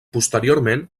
posteriorment